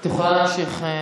את יכולה להמשיך.